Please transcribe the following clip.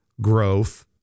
growth